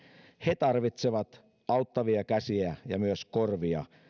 he tarvitsevat auttavia käsiä ja myös korvia